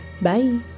Bye